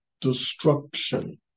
destruction